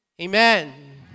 Amen